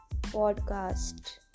podcast